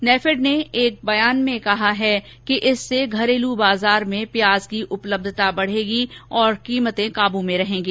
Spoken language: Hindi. नेफेड ने एक बयान में कहा कि इससे घरेलू बाजार में प्याज की उपलब्यता बढ़ेगी और कीमतें काबू में रहेंगी